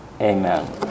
Amen